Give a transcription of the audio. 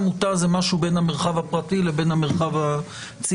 עמותה זה משהו בין המרחב הפרטי לבין המרחב הציבורי.